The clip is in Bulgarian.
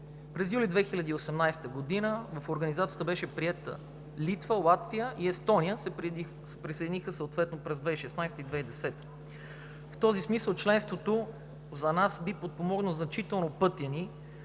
месец юли 2018 г. в Организацията беше приета Литва; Латвия и Естония се присъединиха съответно през 2016 г. и 2010 г. В този смисъл членството за нас би подпомогнало значително пътя ни